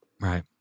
Right